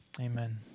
amen